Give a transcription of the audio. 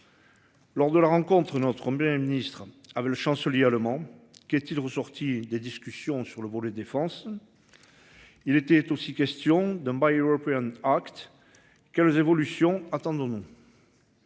Lors de la rencontre une autre combien bien administre avec le chancelier allemand qu'est-il ressorti des discussions sur le volet défense. Il était aussi question d'un Mbaye European Act quelles évolution attendons-nous.